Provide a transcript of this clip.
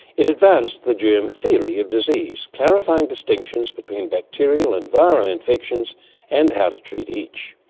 it advanced the germ theory of disease, clarifying distinctions between bacterial and viral infections and how to treat each.